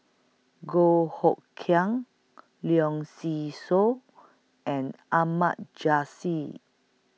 Goh Hood Keng Leong See Soo and Ahmad Jais